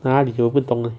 哪里有不懂 eh